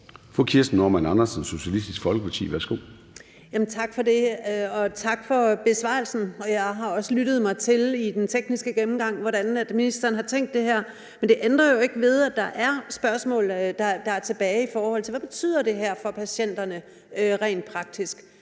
Kirsten Normann Andersen (SF): Tak for det, og tak for besvarelsen. Jeg har også lyttet mig til i forbindelse med den tekniske gennemgang, hvordan ministeren har tænkt det her. Men det ændrer jo ikke ved, at der er spørgsmål, der står tilbage, i forhold til hvad det her rent praktisk